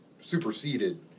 superseded